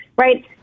right